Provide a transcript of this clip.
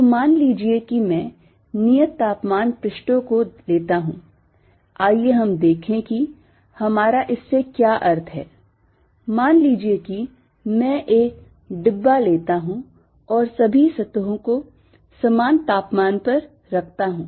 तो मान लीजिए कि मैं नियत तापमान पृष्ठों को लेता हूं आइए हम देखें कि हमारा इससे क्या अर्थ है मान लीजिए कि मैं एक डिब्बा लेता हूं और सभी सतहों को समान तापमान पर रखता हूं